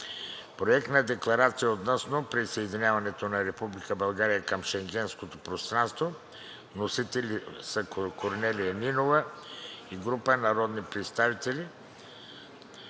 Проект на декларация относно присъединяването на Република България към Шенгенското пространство. Вносители са Корнелия Нинова и група народни представители.